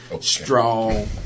strong